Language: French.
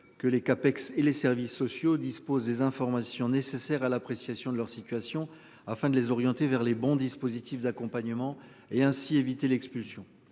que les CAPEX et les services sociaux disposent des informations nécessaires à l'appréciation de leur situation afin de les orienter vers les bons dispositifs d'accompagnement et ainsi éviter l'expulsion